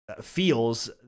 feels